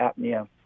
apnea